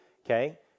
Okay